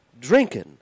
Drinking